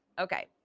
Okay